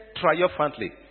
triumphantly